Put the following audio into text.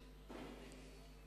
ההצעה להעביר